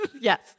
Yes